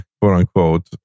quote-unquote